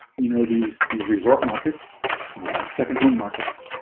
you know these these resort markets second home markets